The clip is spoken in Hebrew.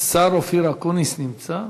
השר אופיר אקוניס נמצא?